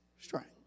strength